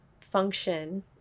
function